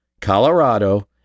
Colorado